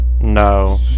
No